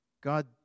God